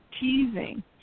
teasing